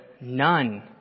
none